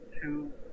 two